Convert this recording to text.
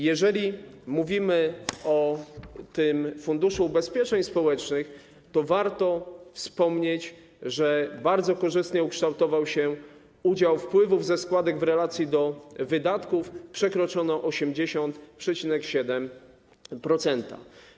Jeżeli mówimy o tym Funduszu Ubezpieczeń Społecznych, to warto wspomnieć, że bardzo korzystnie ukształtował się udział wpływów ze składek w relacji do wydatków - przekroczono 80,7%.